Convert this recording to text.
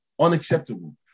unacceptable